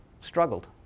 struggled